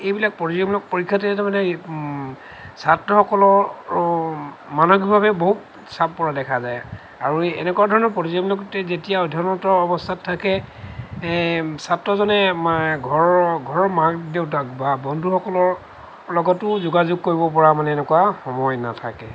এইবিলাক প্ৰতিযোগিতামূলক পৰীক্ষাতে তাৰমানে ছাত্ৰসকলৰ মানসিকভাৱে বহুত চাপ পৰা দেখা যায় আৰু এই এনেকুৱা ধৰণৰ প্ৰতিযোগিতামূলকতে যেতিয়া অধ্য়য়নৰত অৱস্থাত থাকে ছাত্ৰজনে ঘৰৰ ঘৰৰ মাক দেউতাক বা বন্ধুসকলৰ লগতো যোগাযোগ কৰিব পৰা মানে এনেকুৱা সময় নাথাকে